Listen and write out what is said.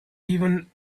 even